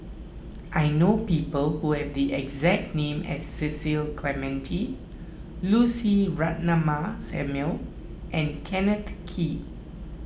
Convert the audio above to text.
I know people who have the exact name as Cecil Clementi Lucy Ratnammah Samuel and Kenneth Kee